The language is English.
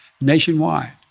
nationwide